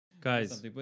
guys